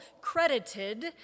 credited